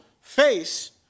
face